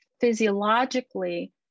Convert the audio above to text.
physiologically